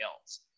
else